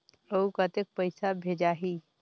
अउ कतेक पइसा भेजाही?